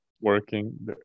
working